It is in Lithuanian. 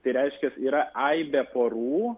tai reiškias yra aibė porų